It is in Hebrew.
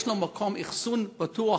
יש לו מקום אחסון בטוח,